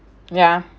yeah